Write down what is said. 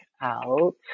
out